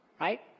Right